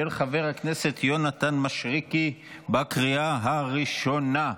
של חבר הכנסת יונתן מישרקי, בקריאה הראשונה.